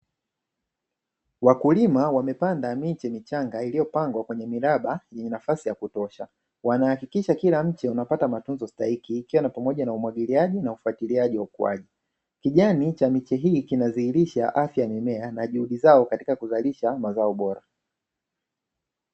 Wakulima wamepanda miche michanga iliyopangwa kwenye miraba yenye nafasi ya kutosha. Wanahakikisha kila mche unapata matunzo stahiki, ikiwa ni pamoja na umwagiliaji na ufuatiliaji wa ukuaji. Kijani cha miche hii kinadhihirisha afya mimea na juhudi zao katika kuzalisha mazao bora.